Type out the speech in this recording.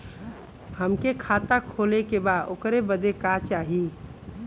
हमके खाता खोले के बा ओकरे बादे का चाही?